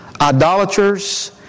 idolaters